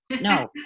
No